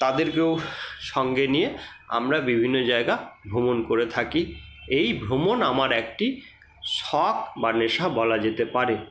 তাদের কেও সঙ্গে নিয়ে আমরা বিভিন্ন জায়গা ভ্রমণ করে থাকি এই ভ্রমণ আমার একটি শখ বা নেশা বলা যেতে পারে